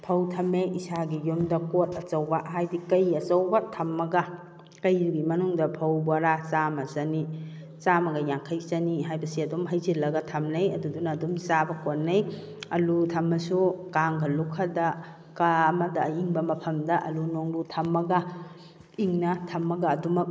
ꯐꯧ ꯊꯝꯃꯦ ꯏꯁꯥꯒꯤ ꯌꯨꯝꯗ ꯀꯣꯠ ꯑꯆꯧꯕ ꯍꯥꯏꯗꯤ ꯀꯩ ꯑꯆꯧꯕ ꯊꯝꯃꯒ ꯀꯩꯗꯨꯒꯤ ꯃꯅꯨꯡꯗ ꯐꯧ ꯕꯣꯔꯥ ꯆꯥꯝꯃ ꯆꯅꯤ ꯆꯥꯝꯃꯒ ꯌꯥꯡꯈꯩ ꯆꯅꯤ ꯍꯥꯏꯕꯁꯦ ꯑꯗꯨꯝ ꯍꯩꯖꯤꯜꯂꯒ ꯊꯝꯅꯩ ꯑꯗꯨꯗꯨꯅ ꯑꯗꯨꯝ ꯆꯥꯕ ꯀꯣꯟꯅꯩ ꯑꯜꯂꯨ ꯊꯝꯃꯁꯨ ꯀꯥꯡꯒ ꯂꯨꯈꯗ ꯀꯥ ꯑꯃꯗ ꯑꯏꯪꯕ ꯃꯐꯝꯗ ꯑꯜꯂꯨ ꯅꯨꯡꯂꯨ ꯊꯝꯃꯒ ꯏꯪꯅ ꯊꯝꯃꯒ ꯑꯗꯨꯃꯛ